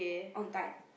on time